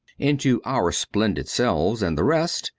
into our splendid selves and the rest,